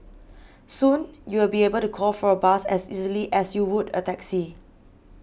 soon you will be able to call for a bus as easily as you would a taxi